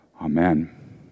Amen